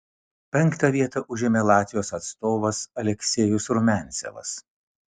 penktą vietą užėmė latvijos atstovas aleksejus rumiancevas